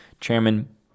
Chairman